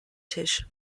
tisch